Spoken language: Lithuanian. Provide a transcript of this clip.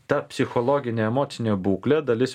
ta psichologinė emocinė būklė dalis